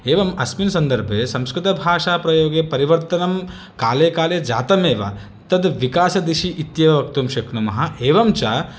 एवम् अस्मिन् सन्दर्भे संस्कृतभाषाप्रयोगे परिवर्तनं काले काले जातमेव तद् विकासदिशि इत्येव वक्तुं शक्नुमः एवं च